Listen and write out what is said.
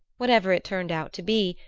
whatever it turned out to be,